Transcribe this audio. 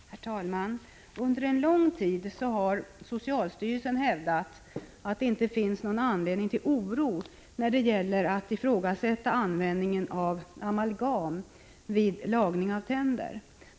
Herr talman! Under en lång tid har socialstyrelsen hävdat — när användningen av amalgam vid lagning av tänder har ifrågasatts — att det inte finns någon anledning till oro.